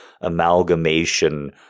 amalgamation